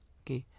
okay